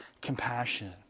compassion